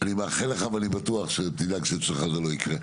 אני מאחל לך, ואני בטוח שתדאג שאצלך זה לא יקרה.